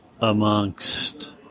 amongst